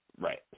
right